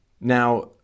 Now